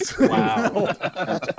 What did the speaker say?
Wow